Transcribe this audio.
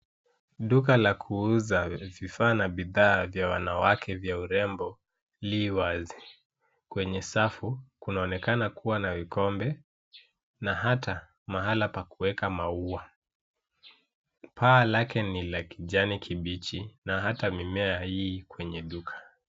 Duka la kuuza vifaa na bidhaa vya wanawake vya urembo li wazi. Kwenye safu, kunaonekana kuwa na vikombe na hata mahala pa kuweka maua. Paa lake ni la kijani kibichi na hata mimea i kwenye duka.